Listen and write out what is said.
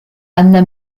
anna